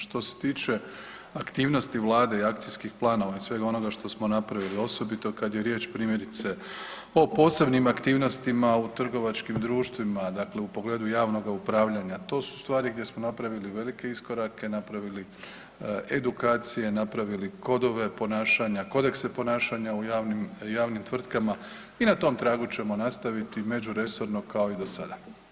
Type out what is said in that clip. Što se tiče aktivnosti Vlade i akcijskih planova i svega onoga što smo napravili, osobito kad je riječ primjerice, o posebnim aktivnostima u trgovačkim društvima, dakle u pogledu javnoga upravljanja, to su stvari gdje smo napravili velike iskorake, napravili edukacije, napravili kodove ponašanja, kodekse ponašanja u javnim tvrtkama i na tom tragu ćemo nastaviti međuresorno, kao i do sada.